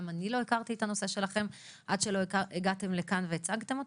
גם אני לא הכרתי את הנושא שלכם עד שלא הגעתם והצגתם אותו.